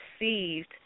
received